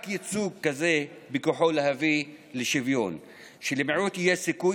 רק ייצוג כזה בכוחו להביא לשוויון ושלמיעוט יהיה סיכוי